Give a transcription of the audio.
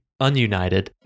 ununited